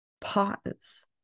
Pause